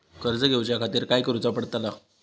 कर्ज घेऊच्या खातीर काय करुचा पडतला?